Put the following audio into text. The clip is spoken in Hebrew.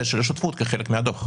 כחלק מהדוח.